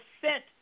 sent